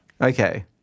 Okay